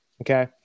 Okay